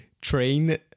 train